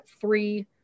three